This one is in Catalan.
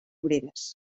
obreres